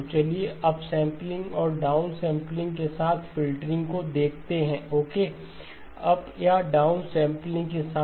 तो चलिए अपसेंपलिंग और डाउन सैंपलिंग के साथ फ़िल्टरिंग को देखते हैं ओके अप या डाउन सेंपलिंग के साथ